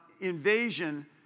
invasion